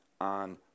on